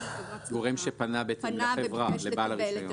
גורם שפנה לחברה, לבעל הרישיון.